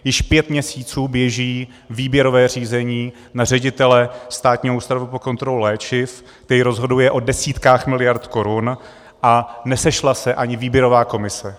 Již pět měsíců běží výběrové řízení na ředitele Státního ústavu pro kontrolu léčiv, který rozhoduje o desítkách miliard korun, a nesešla se ani výběrová komise.